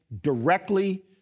directly